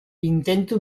intento